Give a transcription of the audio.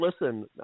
listen